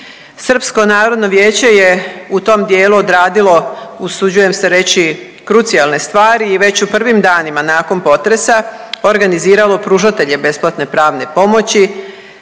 Srpsko narodno vijeće je u tom dijelu odradilo, usuđujem se reći, krucijalne stvari i već u prvim danima nakon potresa organiziralo pružatelje besplatne pravne pomoći,